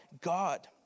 God